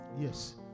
Yes